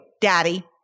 daddy